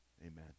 Amen